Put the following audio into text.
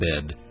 bed